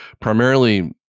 Primarily